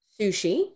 Sushi